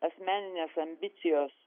asmeninės ambicijos